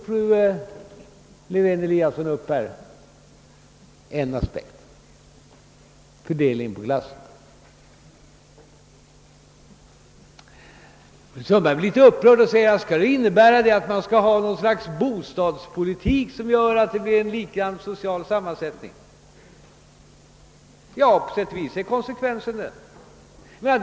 Fru Lewén-Eliasson tog upp en aspekt: fördelningen på klasserna. Fru Sundberg blev upprörd och frågade, om det innebär att vi skall föra en bostadspolitik som gör att vi får en likartad social sammansättning. Ja, på sätt och vis blir konsekvensen den.